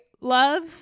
love